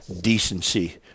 decency